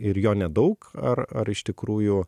ir jo nedaug ar ar iš tikrųjų